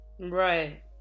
Right